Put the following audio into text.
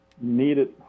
needed